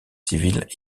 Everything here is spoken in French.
civile